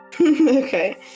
Okay